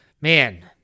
man